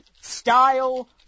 Style